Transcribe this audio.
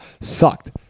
sucked